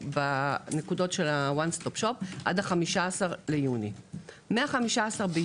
בנקודות של וואן סטופ שופ עד 15.6. מ-15.6.